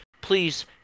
please